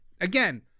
again